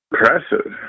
Impressive